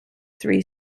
three